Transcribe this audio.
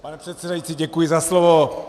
Pane předsedající, děkuji za slovo.